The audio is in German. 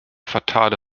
fatale